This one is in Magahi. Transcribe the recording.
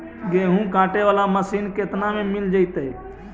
गेहूं काटे बाला मशीन केतना में मिल जइतै?